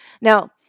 Now